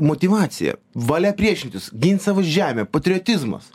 motyvacija valia priešintis gint savo žemę patriotizmas